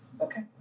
Okay